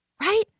right